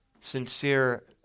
sincere